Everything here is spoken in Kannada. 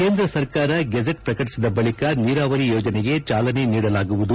ಕೇಂದ್ರ ಸರ್ಕಾರ ಗೆಜೆಟ್ ಪ್ರಕಟಿಸಿದ ಬಳಿಕ ನೀರಾವರಿ ಯೋಜನೆಗೆ ಚಾಲನೆ ನೀಡಲಾಗುವುದು